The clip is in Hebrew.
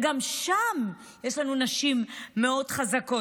גם שם יש לנו נשים מאוד חזקות.